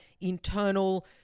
internal